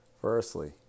Firstly